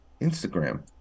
Instagram